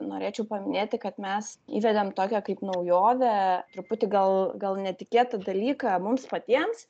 norėčiau paminėti kad mes įvedėm tokią kaip naujovę truputį gal gal netikėtą dalyką mums patiems